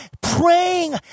Praying